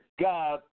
God